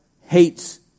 hates